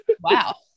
wow